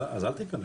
אז אל תיכנס.